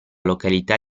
località